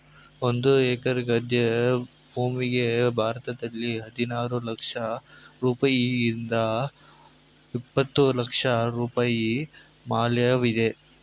ಒಂದು ಎಕರೆ ಗದ್ದೆ ಭೂಮಿಗೆ ಭಾರತದಲ್ಲಿ ಹದಿನಾರು ಲಕ್ಷ ರೂಪಾಯಿಯಿಂದ ಇಪ್ಪತ್ತು ಲಕ್ಷ ರೂಪಾಯಿ ಮೌಲ್ಯವಿದೆ